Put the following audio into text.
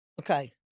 okay